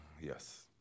yes